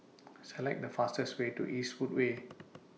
Select The fastest Way to Eastwood Way